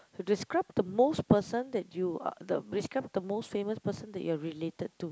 to describe the most person that you uh the describe the most famous person you are related to